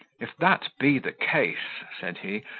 if that be the case, said he,